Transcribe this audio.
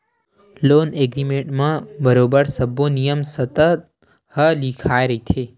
loan agreement म बरोबर सब्बो नियम सरत ह लिखाए रहिथे